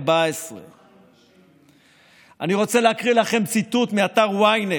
14. אני רוצה להקריא לכם ציטוט מאתר ynet